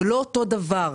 זה לא אותו הדבר.